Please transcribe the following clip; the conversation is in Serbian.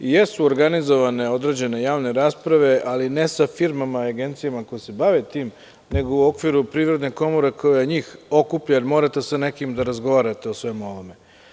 Jesu organizovane određene javne rasprave ali ne sa firmama i agencijama koje se bave tim, nego u okviru Privredne komore koja njih okuplja, jer morate sa nekim da razgovarate o svemu ovome.